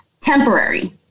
temporary